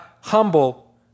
humble